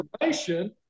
information